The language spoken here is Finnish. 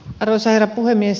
arvoisa herra puhemies